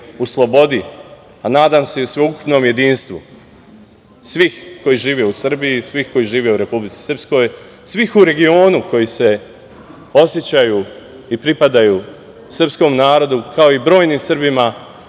u slobodi, a nadam se i sveukupnom jedinstvu svih koji žive u Srbiji, svih koji žive u Republici Srpskoj, svih u regionu koji se osećaju i pripadaju srpskom narodu, kao i brojnim Srbima